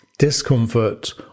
discomfort